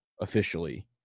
officially